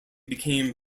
became